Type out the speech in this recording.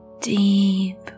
deep